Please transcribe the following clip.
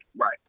right